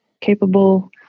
capable